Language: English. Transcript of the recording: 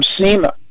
SEMA